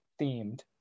themed